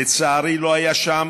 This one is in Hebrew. לצערי, לא היה שם